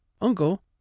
uncle